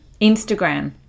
Instagram